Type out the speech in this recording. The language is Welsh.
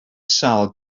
sâl